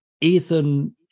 Ethan